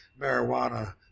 marijuana